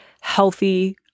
healthy